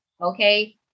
okay